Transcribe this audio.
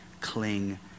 cling